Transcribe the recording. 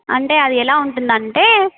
అంటే అది ఎలా ఉంటుందంటే